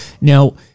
Now